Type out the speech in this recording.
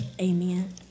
Amen